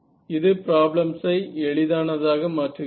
இது பிராப்ளம்ஸ் ஐ எளிதானதாக மாற்றுகிறது